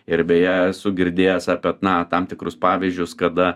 ir beje esu girdėjęs apie na tam tikrus pavyzdžius kada